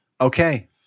Okay